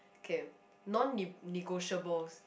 okay non ne~ negotiables